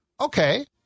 okay